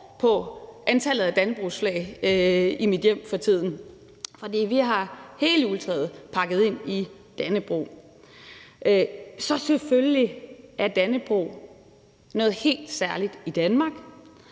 i antallet af dannebrogsflag i mit hjem for tiden, for vi har hele juletræet pakket ind i dannebrog. Så selvfølgelig er Dannebrog noget helt særligt i Danmark.